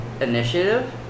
initiative